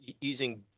using